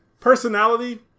Personality